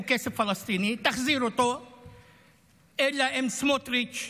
הוא כסף פלסטיני, תחזיר אותו, אלא אם כן סמוטריץ'